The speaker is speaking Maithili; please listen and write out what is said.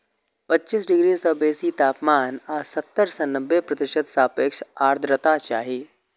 पच्चीस डिग्री सं बेसी तापमान आ सत्तर सं नब्बे प्रतिशत सापेक्ष आर्द्रता चाही